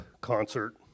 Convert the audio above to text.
concert